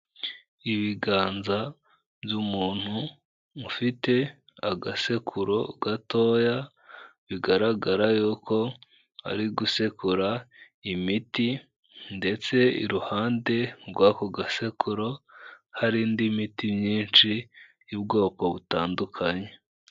Ibiganza by'umuntu, ufite agasekuru gatoya, bigaragara yuko ari gusekura imiti, ndetse iruhande rw'ako gasekuru, hari indi miti myinshi, y'ubwoko butandukanye.